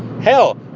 Hell